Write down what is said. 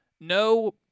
no